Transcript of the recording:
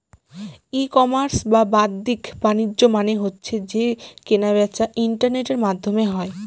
ই commerce বা বাদ্দিক বাণিজ্য মানে হচ্ছে যে কেনা বেচা ইন্টারনেটের মাধ্যমে হয়